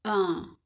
mm